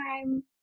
time